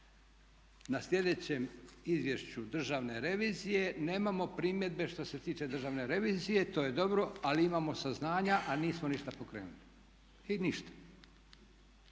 na sljedećem izvješću Državne revizije nemamo primjedbe što se tiče Državne revizije, to je dobro, ali imamo saznanja a nismo ništa pokrenuli. I ništa!